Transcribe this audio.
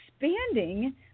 expanding